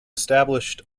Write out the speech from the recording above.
established